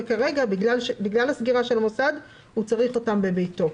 וכרגע בגלל סגירת המוסד הוא צריך אותם בביתו.